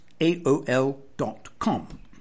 aol.com